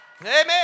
Amen